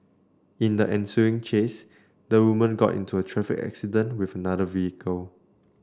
in the ensuing chase the woman got into a traffic accident with another vehicle